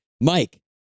Mike